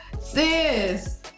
sis